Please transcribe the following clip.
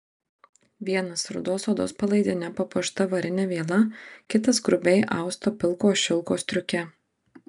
vienas rudos odos palaidine papuošta varine viela kitas grubiai austo pilko šilko striuke